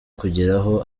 kugeraho